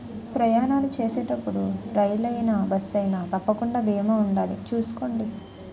ప్రయాణాలు చేసేటప్పుడు రైలయినా, బస్సయినా తప్పకుండా బీమా ఉండాలి చూసుకోండి